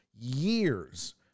years